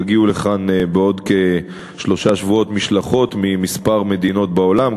יגיעו לכאן בעוד כשלושה שבועות משלחות מכמה מדינות בעולם,